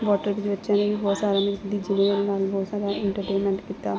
water ਵਿੱਚ ਬੱਚਿਆਂ ਨੇ ਵੀ ਬਹੁਤ ਸਾਰਾ ਮੀਨਸ ਬਹੁਤ ਸਾਰਾ ਇੰਟਰਟੇਨਮੈਂਟ ਕੀਤਾ